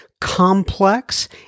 complex